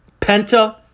Penta